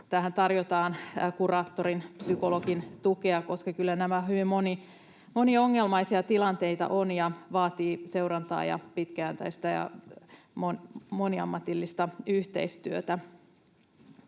että tarjotaan kuraattorin ja psykologin tukea, koska kyllä nämä hyvin moniongelmaisia tilanteita ovat ja vaativat seurantaa ja pitkäjänteistä ja moniammatillista yhteistyötä.